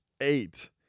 eight